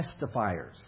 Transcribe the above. testifiers